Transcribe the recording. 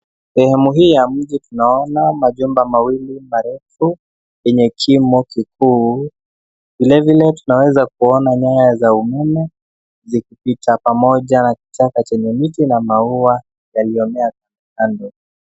Sehemu hii ya mji tunaona majumba mawili marefu yenye kimo kikuu, vilevile tunaweza kuona nyaya za umeme zikipita pamoja na kichaka chenye miti na maua yaliyomea kando.